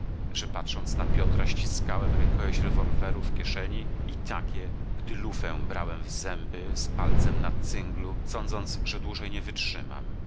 że patrząc na piotra ściskałem rękojeść rewolweru w kieszeni i takie gdy lufę brałem w zęby z palcem na cynglu sądząc że dłużej nie wytrzymam